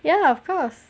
ya of course